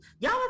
Y'all